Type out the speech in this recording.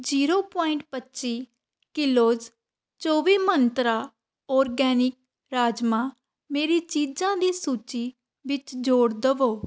zero point ਪੱਚੀ kilos ਚੌਵੀ Mantra organic rajma ਮੇਰੀ ਚੀਜ਼ਾਂ ਦੀ ਸੂਚੀ ਵਿੱਚ ਜੋੜ ਦੇਵੋ